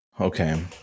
Okay